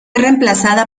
reemplazada